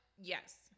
Yes